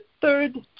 third